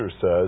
says